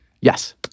Yes